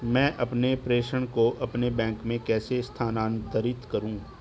मैं अपने प्रेषण को अपने बैंक में कैसे स्थानांतरित करूँ?